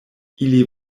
ili